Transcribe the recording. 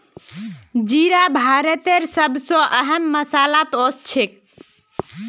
जीरा भारतेर सब स अहम मसालात ओसछेख